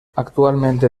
actualmente